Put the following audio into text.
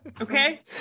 okay